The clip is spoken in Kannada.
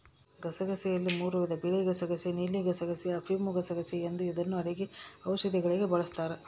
ಗಸಗಸೆಯಲ್ಲಿ ಮೂರೂ ವಿಧ ಬಿಳಿಗಸಗಸೆ ನೀಲಿಗಸಗಸೆ, ಅಫಿಮುಗಸಗಸೆ ಎಂದು ಇದನ್ನು ಅಡುಗೆ ಔಷಧಿಗೆ ಬಳಸ್ತಾರ